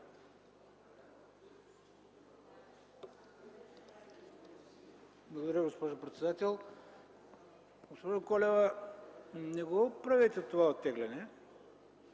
Благодаря Ви, госпожо председател. Госпожо Колева, не правете това оттегляне,